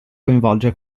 coinvolge